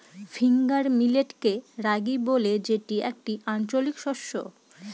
finger মিলেটকে রাগি বলে যেটি একটি আঞ্চলিক শস্য